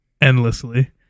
endlessly